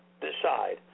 decide